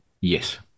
Yes